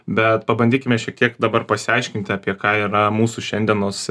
bet pabandykime šiek tiek dabar pasiaiškinti apie ką yra mūsų šiandienos